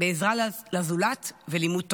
בעזרה לזולת ולימוד תורה.